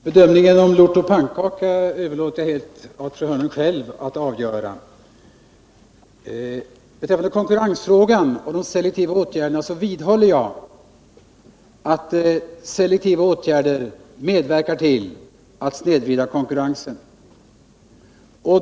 Herr talman! Bedömningen om lort och pannkaka överlåter jag helt åt fru Hörnlund själv. Beträffande konkurrensfrågan och de selektiva åtgärderna vidhåller jag att selektiva åtgärder medverkar till att snedvrida konkurrensen.